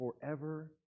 forever